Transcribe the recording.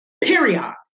period